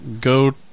go